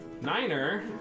Niner